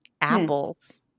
Apples